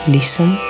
Listen